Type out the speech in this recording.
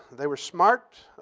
they were smart.